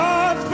God